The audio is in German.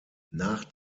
nach